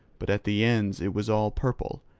but at the ends it was all purple,